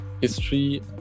history